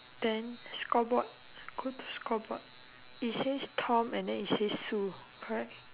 then scoreboard go to scoreboard it says tom and then it say sue correct